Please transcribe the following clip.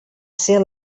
ser